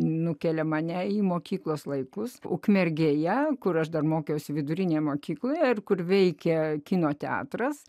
nukelia mane į mokyklos laikus ukmergėje kur aš dar mokiausi vidurinėje mokykloje ir kur veikė kino teatras